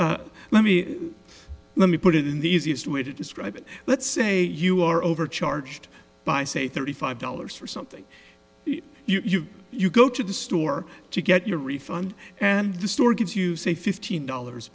let me let me put it in the easiest way to describe it let's say you are overcharged by say thirty five dollars for something you go to the store to get your refund and the store gives you say fifteen dollars